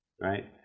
Right